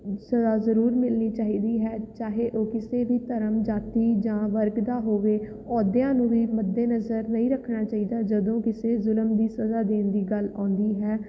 ਸਜ਼ਾ ਜ਼ਰੂਰ ਮਿਲਣੀ ਚਾਹੀਦੀ ਹੈ ਚਾਹੇ ਉਹ ਕਿਸੇ ਵੀ ਧਰਮ ਜਾਤੀ ਜਾਂ ਵਰਗ ਦਾ ਹੋਵੇ ਅਹੁਦਿਆਂ ਨੂੰ ਵੀ ਮੱਦੇ ਨਜ਼ਰ ਨਹੀਂ ਰੱਖਣਾ ਚਾਹੀਦਾ ਜਦੋਂ ਕਿਸੇ ਜ਼ੁਲਮ ਦੀ ਸਜ਼ਾ ਦੇਣ ਦੀ ਗੱਲ ਆਉਂਦੀ ਹੈ